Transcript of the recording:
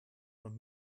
man